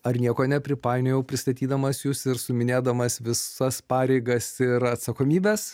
ar nieko nepripainiojau pristatydamas jus ir suminėdamas visas pareigas ir atsakomybes